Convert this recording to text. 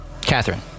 Catherine